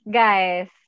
guys